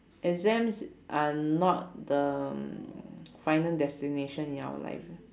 exams are not the um final destination in our life